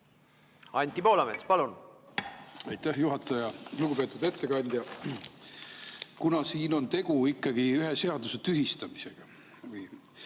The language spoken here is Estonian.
Anti Poolamets, palun! Aitäh, juhataja! Lugupeetud ettekandja! Kuna siin on tegu ikkagi ühe seaduse tühistamisega,